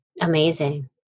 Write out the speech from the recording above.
Amazing